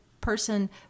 person